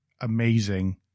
amazing